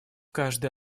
каждый